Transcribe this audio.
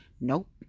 Nope